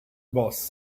boss